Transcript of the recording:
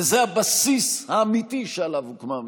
וזה הבסיס האמיתי שעליו הוקמה הממשלה,